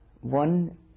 one